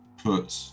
Put